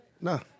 No